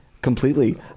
Completely